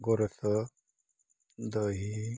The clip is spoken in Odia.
ଗୋରସ ଦହି